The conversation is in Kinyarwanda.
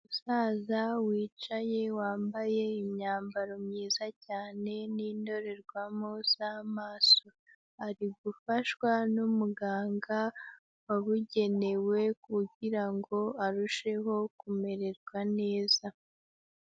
Umusaza wicaye wambaye imyambaro myiza cyane n'indorerwamo z'amaso, ari gufashwa n'umuganga wabugenewe kugira ngo arusheho kumererwa neza.